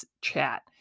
chat